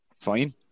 fine